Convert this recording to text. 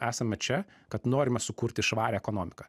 esame čia kad norime sukurti švarią ekonomiką